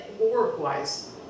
work-wise